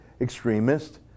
extremist